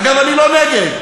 אגב, אני לא נגד.